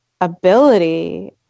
ability